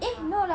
ya